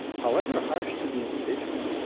however harsh to the individual,